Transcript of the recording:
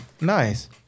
nice